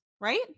right